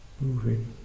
moving